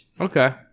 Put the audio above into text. Okay